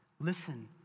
Listen